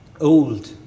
Old